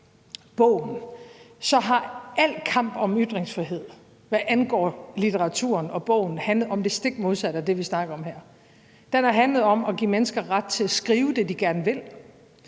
har al kamp om ytringsfrihed, hvad angår litteraturen og bogen, handlet om det stik modsatte af det, vi snakker om her. Den har handlet om at give mennesker ret til at skrive det, de gerne vil;